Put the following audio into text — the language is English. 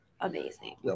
amazing